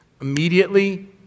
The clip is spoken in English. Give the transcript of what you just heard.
immediately